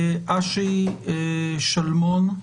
אשי שלמון,